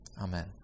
amen